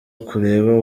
ukureba